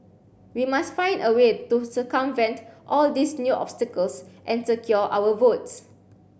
we must find a way to circumvent all these new obstacles and secure our votes